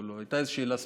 הייתה איזה שאלה ספציפית,